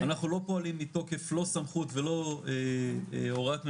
אנחנו לא פועלים מתוקף לא סמכות ולא הוראת ממשלה,